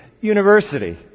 university